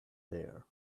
there